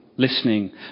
listening